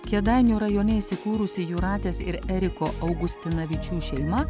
kėdainių rajone įsikūrusi jūratės ir eriko augustinavičių šeima